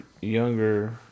younger